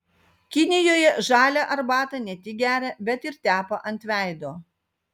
kinijoje žalią arbatą ne tik geria bet ir tepa ant veido